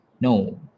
no